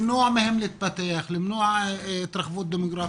למנוע מהם להתפתח, למנוע התרחבות דמוגרפית,